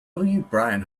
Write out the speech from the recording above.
brian